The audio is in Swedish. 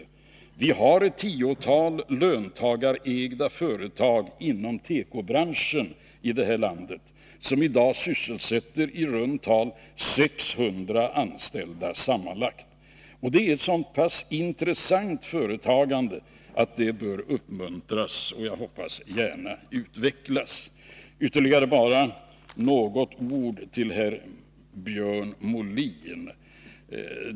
Vi har i det här landet ett tiotal löntagarägda företag inom tekobranschen som i dag sysselsätter i runt tal 600 anställda sammanlagt. Det är ett så pass intressant företagande att det bör uppmuntras, och jag hoppas gärna utvecklas. Ytterligare bara något ord till Björn Molin.